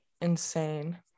insane